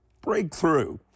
breakthrough